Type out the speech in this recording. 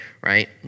right